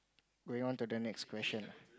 going on to the next question